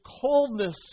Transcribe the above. coldness